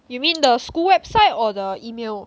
you mean the school website or the email